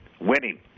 winning